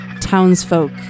townsfolk